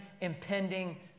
impending